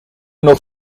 nog